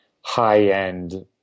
high-end